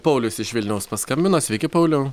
paulius iš vilniaus paskambino sveiki pauliau